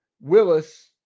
willis